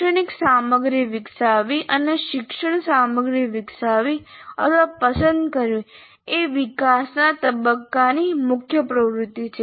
શૈક્ષણિક સામગ્રી વિકસાવવી અને શિક્ષણ સામગ્રી વિકસાવવી અથવા પસંદ કરવી એ વિકાસના તબક્કાની મુખ્ય પ્રવૃત્તિ છે